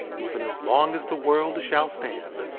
even as long as the world shall stand,